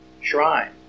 shrine